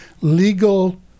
legal